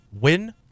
win